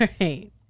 right